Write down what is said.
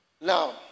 Now